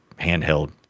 handheld